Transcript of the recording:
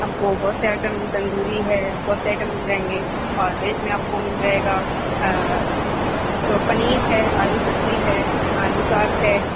آپ کو بہت سے آئٹم تندوری ہے بہت سے آئٹم مل جائیں گے اور ویج میں آپ کو مل جائے گا پنیر ہے آلو سبزی ہے آلو ساگ ہے